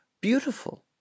Beautiful